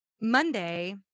Monday